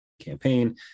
campaign